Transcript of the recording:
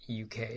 UK